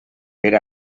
per